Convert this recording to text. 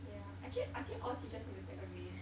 yeah actually I think all teachers need to get a raise